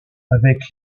avec